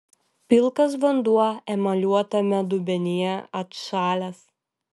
pilkas vanduo emaliuotame dubenyje atšalęs